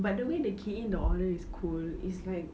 but the way they key in the order is cool it's like